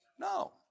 No